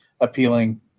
appealing